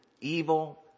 evil